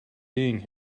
being